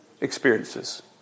experiences